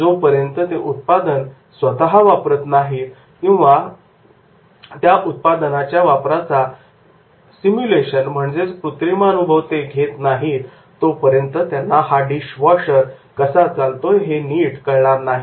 जोपर्यंत ते उत्पादन ते वापरत नाहीत किंवा त्या उत्पादनाच्या वापराचा कृत्रिमनुभव Simulation सिमुलेशन ते घेत नाहीत तोपर्यंत त्यांना डिश वॉशर कसा चालतो हे नीट कळणार नाही